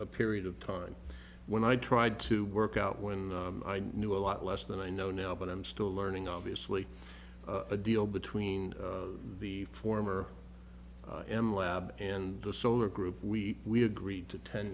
a period of time when i tried to work out when i knew a lot less than i know now but i'm still learning obviously a deal between the former lab and the solar group we we agreed to ten